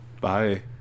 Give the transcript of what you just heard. bye